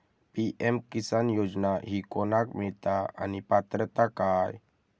PM Kisan योजना ही कोणाक मिळता आणि पात्रता काय?